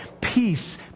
peace